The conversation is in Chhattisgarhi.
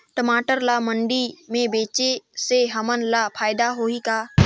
टमाटर ला मंडी मे बेचे से हमन ला फायदा होही का?